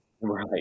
Right